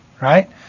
right